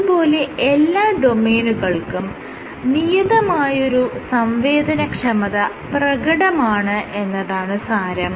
ഇതുപോലെ എല്ലാ ഡൊമെയ്നുകൾക്കും നിയതമായ ഒരു സംവേദനക്ഷമത പ്രകടമാണ് എന്നതാണ് സാരം